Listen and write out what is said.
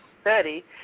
study